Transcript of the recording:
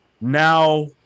now